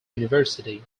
university